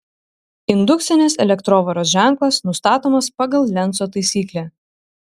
indukcinės elektrovaros ženklas nustatomas pagal lenco taisyklę